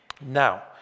Now